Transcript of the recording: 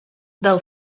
del